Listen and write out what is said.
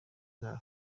zabo